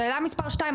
שאלה מספר 2,